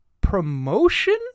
promotion